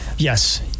Yes